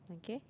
okay